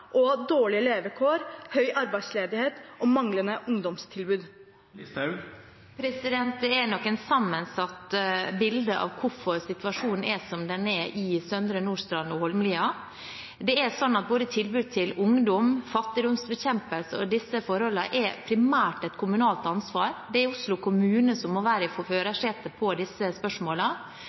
og dårlige levekår, høy arbeidsledighet og manglende ungdomstilbud? Det er nok et sammensatt bilde av hvorfor situasjonen er som den er på Søndre Nordstrand og Holmlia. Både tilbud til ungdom, fattigdomsbekjempelse og disse forholdene er primært et kommunalt ansvar. Det er Oslo kommune som må være i førersetet når det gjelder disse